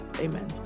Amen